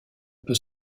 peut